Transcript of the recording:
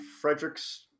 Frederick's